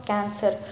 Cancer